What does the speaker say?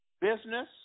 business